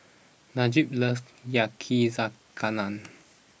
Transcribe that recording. Najee loves Yakizakana